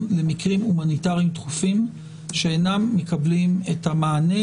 למקרים הומניטריים דחופים שאינם מקבלים את המענה